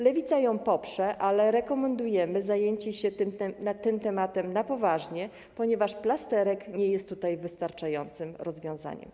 Lewica ją poprze, ale rekomendujemy zajęcie się tym tematem na poważnie, ponieważ plasterek nie jest tutaj wystarczającym rozwiązaniem.